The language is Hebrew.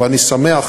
ואני שמח